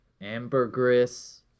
Ambergris